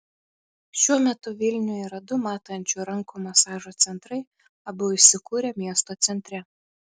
šiuo metu vilniuje yra du matančių rankų masažo centrai abu įsikūrę miesto centre